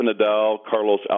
Nadal-Carlos